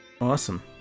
awesome